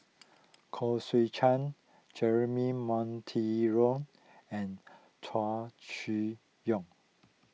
Koh Seow Chuan Jeremy Monteiro and Chow Chee Yong